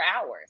hours